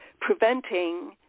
preventing